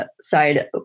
side